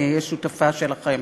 אני אהיה שותפה שלכם.